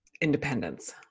independence